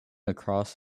across